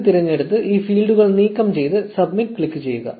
0 തിരഞ്ഞെടുത്ത് ഈ ഫീൽഡുകൾ നീക്കം ചെയ്ത് സബ്മിറ്റ് ക്ലിക്കുചെയ്യുക